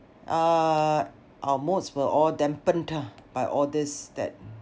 uh our moods were all dampened ah by all this that